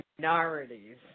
minorities